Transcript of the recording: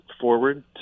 forward